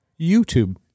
YouTube